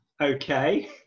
Okay